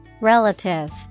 Relative